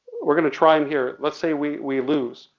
we're gonna try him here, let's say we, we lose,